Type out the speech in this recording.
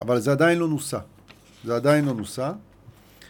‫אבל זה עדיין לא נוסה. ‫זה עדיין לא נוסה.